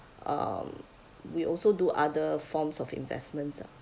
um we also do other forms of investments ah